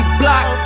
block